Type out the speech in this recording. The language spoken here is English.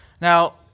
Now